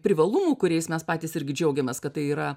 privalumų kuriais mes patys irgi džiaugiamės kad tai yra